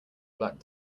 black